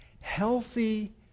Healthy